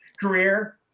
career